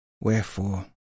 Wherefore